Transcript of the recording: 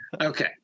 Okay